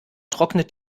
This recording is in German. trocknet